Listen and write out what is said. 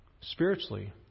spiritually